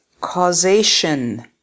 Causation